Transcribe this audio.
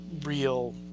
real